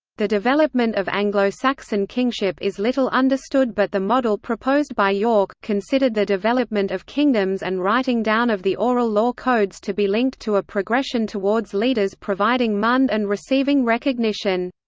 the development of anglo-saxon kingship is little understood but the model proposed by yorke, considered the development of kingdoms and writing down of the oral law-codes to be linked to a progression towards leaders providing mund and receiving recognition.